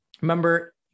Remember